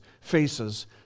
faces